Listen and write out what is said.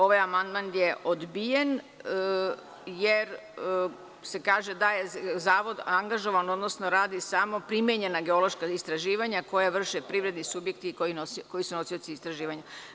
Ovaj amandman je odbijen jer se kaže da je Zavod angažovan, odnosno radi samo primenjena geološka istraživanja koja vrše privredni subjekti i koji su nosioci istraživanja.